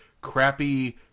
crappy